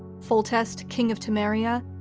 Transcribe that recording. foltest, king of temeria,